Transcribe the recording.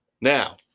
Now